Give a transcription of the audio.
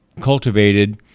cultivated